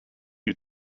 you